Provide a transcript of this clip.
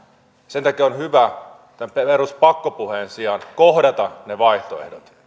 sen takia on hyvä tämän pakkopuheen sijaan kohdata ne vaihtoehdot